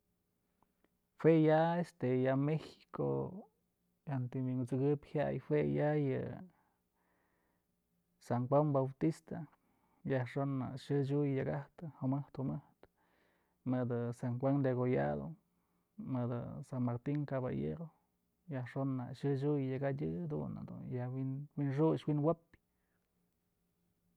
Jue ya este ya mexico jantëm winkut'sëkëyb jyay jue ya yë san juan bautista yajxon nak xëchyu yak jajtë jumëjt jumëjtë mëdë san juan degollado, mëdë san martin caballero yajxon nak xëchyu yak jadyë jadun nak du ya wi'in xuxë wyn wopyë.